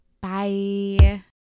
Bye